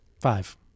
five